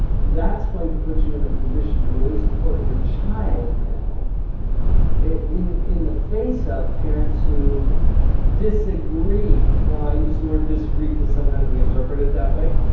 that's what's going to put you in a position to really support your child now in in the face of parents who disagree. now, i use the word disagree because sometimes we interpret it that way.